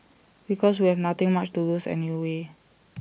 because we have nothing much to lose anyway